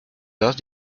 dos